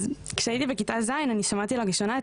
אז כשהייתי בכיתה ז' אני שמעתי לראשונה את